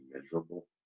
miserable